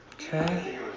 Okay